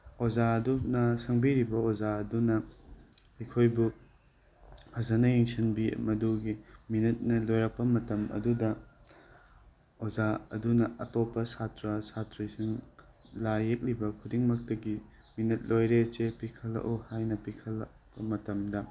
ꯑꯣꯖꯥ ꯑꯗꯨꯅ ꯁꯪꯕꯤꯔꯤꯕ ꯑꯣꯖꯥ ꯑꯗꯨꯅ ꯑꯩꯈꯣꯏꯕꯨ ꯐꯖꯅ ꯌꯦꯡꯁꯤꯟꯕꯤ ꯃꯗꯨꯒꯤ ꯃꯤꯅꯤꯠꯅ ꯂꯣꯏꯔꯛꯄ ꯃꯇꯝ ꯑꯗꯨꯗ ꯑꯣꯖꯥ ꯑꯗꯨꯅ ꯑꯇꯣꯞꯄ ꯁꯥꯇ꯭ꯔ ꯁꯥꯇ꯭ꯔꯤꯁꯤꯡ ꯂꯥꯏ ꯌꯦꯛꯂꯤꯕ ꯈꯨꯗꯤꯡꯃꯛꯇꯒꯤ ꯃꯤꯅꯤꯠ ꯂꯣꯏꯔꯦ ꯄꯤꯈꯠꯂꯛꯑꯣ ꯍꯥꯏꯅ ꯄꯤꯈꯠꯂꯛꯄ ꯃꯇꯝꯗ